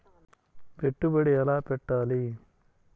పెట్టుబడి ఎలా పెట్టాలి?